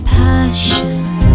passion